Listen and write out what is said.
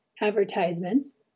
advertisements